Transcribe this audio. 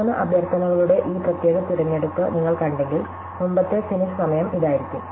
മൂന്ന് അഭ്യർത്ഥനകളുടെ ഈ പ്രത്യേക തിരഞ്ഞെടുപ്പ് നിങ്ങൾ കണ്ടെങ്കിൽ മുമ്പത്തെ ഫിനിഷ് സമയം ഇതായിരിക്കും